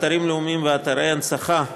אתרים לאומיים ואתרי הנצחה,